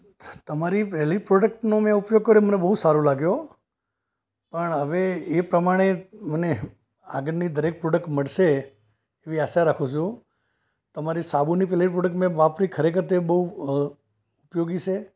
તમારી પહેલી પ્રોડક્ટનો મેં ઉપયોગ કર્યો મને બહુ સારો લાગ્યો પણ હવે એ પ્રમાણે મને આગળની દરેક પ્રોડક્ટ મળશે એવી આશા રાખું છું તમારી સાબુની પહેલી પ્રોડક્ટ મેં વાપરી ખરેખર તે બહુ ઉપયોગી છે